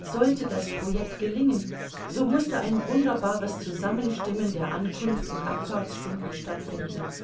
sollte das project gelingen so mußte ein wunderbares zusammenstimmen der ankunft und abfahrtsstunden stattfinden